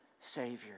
Savior